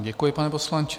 Děkuji, pane poslanče.